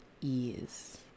ease